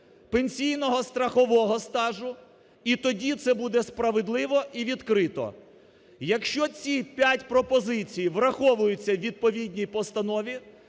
пенсійного страхового стажу, і тоді це буде справедливо і відкрито. Якщо ці п’ять пропозицій враховуються у відповідній постанові,